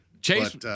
Chase